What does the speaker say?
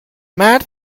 مرد